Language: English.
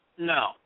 No